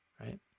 right